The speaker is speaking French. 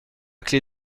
clé